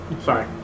Sorry